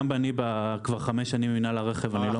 גם אני כבר חמש שנים במינהל הרכב ואני לא